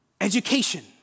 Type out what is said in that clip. education